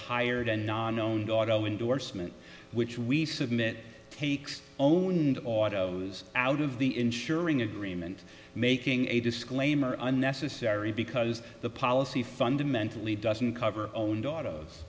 hired and non known auto indorsement which we submit takes owned autos out of the insuring agreement making a disclaimer unnecessary because the policy fundamentally doesn't cover own dau